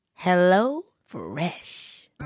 HelloFresh